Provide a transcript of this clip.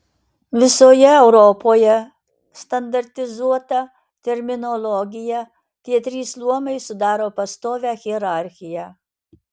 visoje europoje standartizuota terminologija tie trys luomai sudaro pastovią hierarchiją